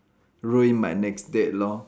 ruined my next date lor